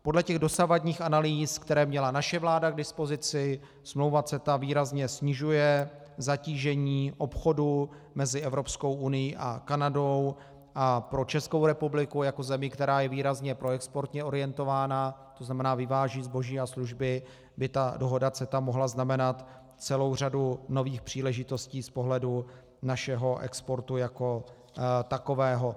Podle dosavadních analýz, které měla naše vláda k dispozici, smlouva CETA výrazně snižuje zatížení obchodu mezi Evropskou unií a Kanadou a pro Českou republiku, která je výrazně proexportně orientována, to znamená, vyváží zboží a služby, by dohoda CETA mohla znamenat celou řadu nových příležitostí z pohledu našeho exportu jako takového.